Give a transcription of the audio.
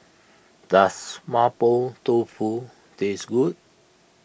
does Mapo Tofu taste good